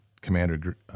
Commander